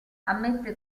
ammette